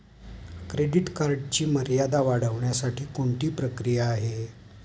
Credit कार्डची मर्यादा वाढवण्यासाठी कोणती प्रक्रिया आहे?